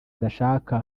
adashaka